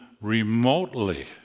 remotely